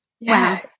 Wow